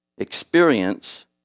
experience